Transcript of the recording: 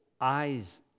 eyes